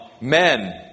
Men